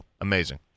Amazing